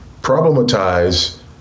problematize